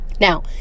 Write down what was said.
Now